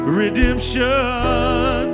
redemption